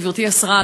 גברתי השרה,